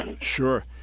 Sure